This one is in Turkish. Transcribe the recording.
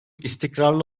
istikrarlı